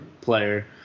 player